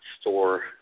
store